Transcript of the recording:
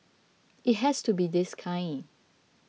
it has to be this kind